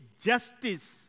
justice